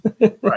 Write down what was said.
Right